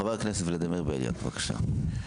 חבר הכנסת ולדימיר בליאק, בבקשה.